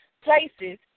places